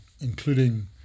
including